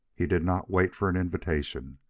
he did not wait for an invitation,